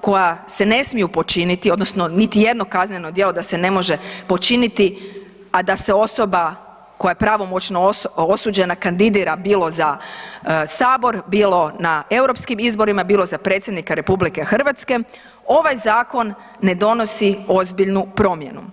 koja se ne smiju počiniti, odnosno niti jedno kazneno djelo, da se ne može počiniti, a da se osoba koja je pravomoćno osuđena kandidira, bilo za Sabor, bilo na europskim izborima, bilo za predsjednika RH, ovaj zakon ne donosi ozbiljnu promjenu.